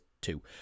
two